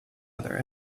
other